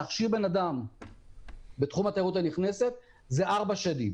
להכשיר עובד בתחום התיירות הנכנסת זה ארבע שנים.